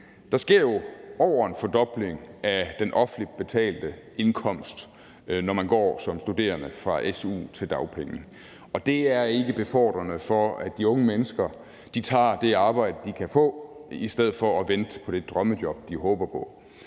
Der sker jo over en fordobling af den offentligt betalte indkomst, når man som studerende går fra su til dagpenge, og det er ikke befordrende for, at de unge mennesker tager det arbejde, de kan få, i stedet for at vente på det drømmejob, de håber på.